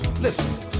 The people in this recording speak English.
Listen